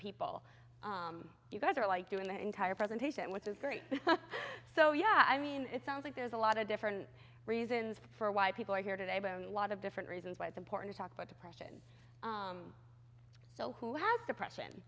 people you guys are like doing the entire presentation which is great so yeah i mean it sounds like there's a lot of different reasons for why people are here today by a lot of different reasons why it's important to talk about depression so who has depression